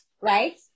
right